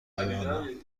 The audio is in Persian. بپیوندم